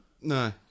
No